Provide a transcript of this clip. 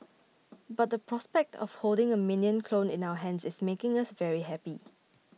but the prospect of holding a minion clone in our hands is making us very happy